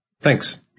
Thanks